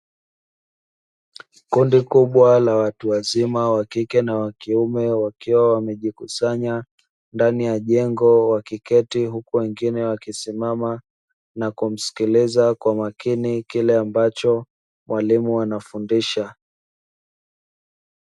Kundi kubwa la watu wazima; wa kike na wa kiume, wakiwa wamejikusanya ndani ya jengo, wakiketi huku wengine wakisimama na kumsikiliza kwa makini kile ambacho mwalimu anafundisha.